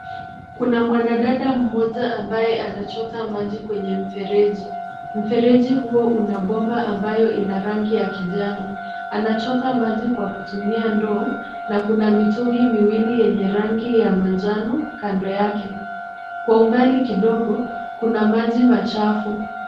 Kuna mwanadada mmoja ambaye anachota maji kwenye mfereji. Mfereji huo una bomba ambayo ina rangi ya kijani. Anachota maji kwa kutumia ndoo na kuna mitungi miwili yenye rangi ya manjano kando yake. Kwa umbali kidogo, kuna maji machafu.